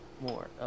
More